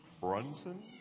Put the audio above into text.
Brunson